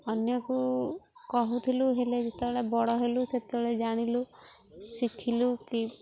ଅନ୍ୟକୁ କହୁଥିଲୁ ହେଲେ ଯେତେବେଳେ ବଡ଼ ହେଲୁ ସେତେବେଳେ ଜାଣିଲୁ ଶିଖିଲୁ କି